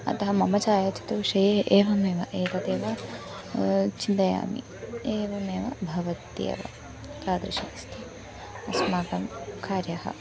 अतः मम छायाचित्रविषये एवमेव एतदेव चिन्तयामि एवमेव भवत्येव तादृशमस्ति अस्माकं कार्यम्